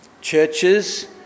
churches